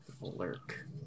Lurk